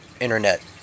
internet